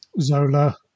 Zola